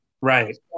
Right